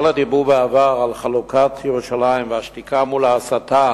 כל הדיבור בעבר על חלוקת ירושלים והשתיקה מול ההסתה